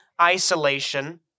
isolation